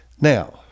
Now